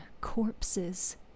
corpses